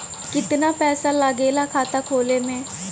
कितना पैसा लागेला खाता खोले में?